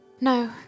No